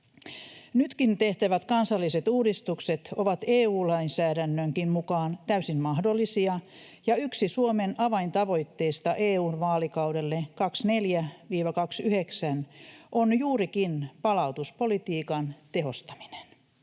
Nytkin tehtävät kansalliset uudistukset ovat EU-lainsäädännönkin mukaan täysin mahdollisia, ja yksi Suomen avaintavoitteesta EU:n vaalikaudelle 24—29 on juurikin palautuspolitiikan tehostaminen.